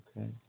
okay